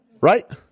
Right